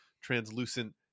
translucent